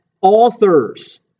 authors